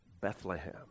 Bethlehem